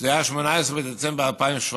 שזה היה 18 בדצמבר 2017: